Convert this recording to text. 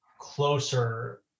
closer